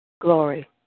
Glory